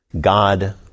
God